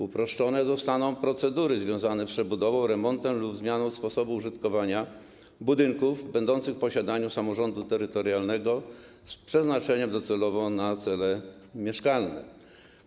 Uproszczone zostaną procedury związane z przebudową, remontem lub zmianą sposobu użytkowania budynków będących w posiadaniu samorządu terytorialnego z przeznaczeniem docelowo na cele mieszkalne.